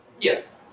Yes